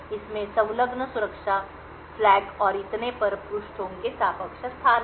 इसमें संलग्न सुरक्षा ध्वज और इतने पर पृष्ठों के सापेक्ष स्थान हैं